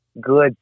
good